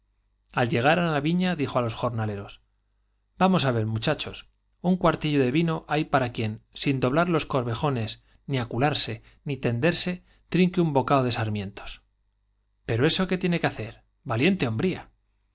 al llegar á la viiia dijo á los jornaleros vamos á ver muchachos un cuartillo de vino hay para quien sin doblar los corvejones ni acularse ni tenderse trinque un bocado de sarmientos pero eso qué tiene que hacer i valiente horn